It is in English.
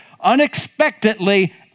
unexpectedly